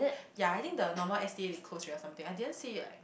ya I think the normal S_T_A they close already or something I didn't see like